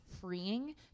freeing